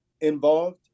involved